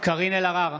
קארין אלהרר,